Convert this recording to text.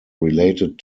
related